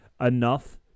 enough